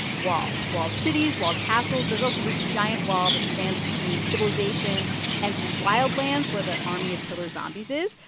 walls walled cities, walled castles. there's also this giant wall that stands between civilization and these wild lands where the army of killer zombies is,